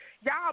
Y'all